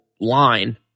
line